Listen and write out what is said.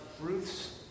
Ruth's